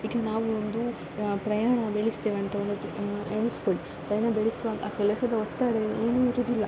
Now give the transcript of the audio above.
ಈಗ ನಾವು ಒಂದು ಪ್ರಯಾಣ ಬೆಳೆಸ್ತೇವೆ ಅಂತ ಒಂದು ಎಣಿಸಿಕೊಳ್ಳಿ ಪ್ರಯಾಣ ಬೆಳೆಸುವಾಗ ಆ ಕೆಲಸದ ಒತ್ತಡ ಏನೂ ಇರೋದಿಲ್ಲ